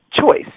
choice